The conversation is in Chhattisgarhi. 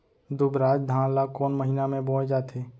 दुबराज धान ला कोन महीना में बोये जाथे?